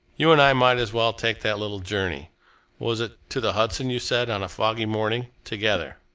you and i might as well take that little journey was it to the hudson, you said, on a foggy morning together.